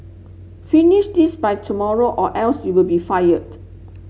finish this by tomorrow or else you'll be fired